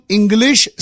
English